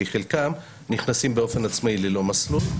כי חלקם נכנסים באופן עצמאי ללא מסלול,